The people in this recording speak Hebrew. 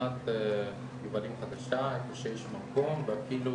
שכונת יובלים חדשה איפה שיש מקום ואפילו